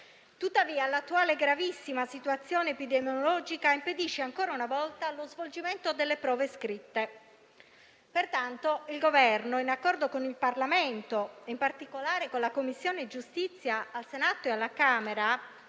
Tuttavia l'attuale gravissima situazione epidemiologica impedisce ancora una volta lo svolgimento delle prove scritte. Pertanto il Governo, in accordo con il Parlamento e, in particolare, con le Commissioni giustizia del Senato e della Camera